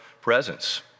presence